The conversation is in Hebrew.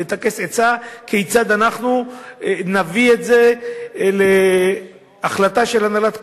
לטכס עצה כיצד נביא את זה להחלטה של הנהלת קואליציה,